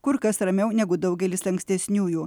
kur kas ramiau negu daugelis ankstesniųjų